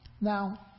Now